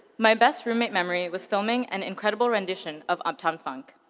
my best roommate memory was filming an incredible rendition of uptown funk.